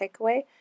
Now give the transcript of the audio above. takeaway